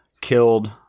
killed